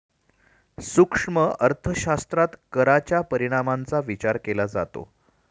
सूक्ष्म अर्थशास्त्रात कराच्या परिणामांचा विचार केला जातो